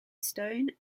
stone